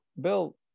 bill